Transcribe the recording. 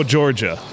Georgia